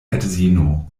edzino